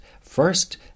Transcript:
first